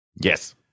Yes